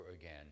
again